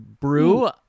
brew